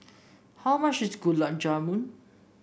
how much is Gulab Jamun